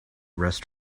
rest